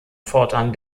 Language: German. fortan